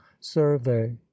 survey